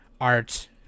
art